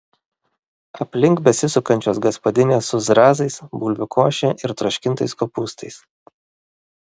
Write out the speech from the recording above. aplink besisukančios gaspadinės su zrazais bulvių koše ir troškintais kopūstais